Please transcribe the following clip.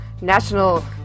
national